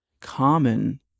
common